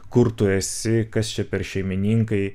kur tu esi kas čia per šeimininkai